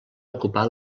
ocupar